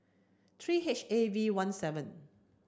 three H A V one seven